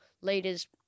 leaders